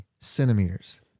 centimeters